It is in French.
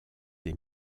des